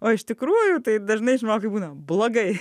o iš tikrųjų tai dažnai žmogui būna blogai